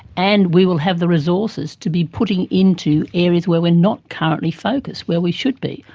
and we will have the resources to be putting into areas where we are not currently focused where we should be.